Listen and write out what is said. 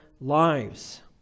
lives